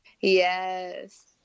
yes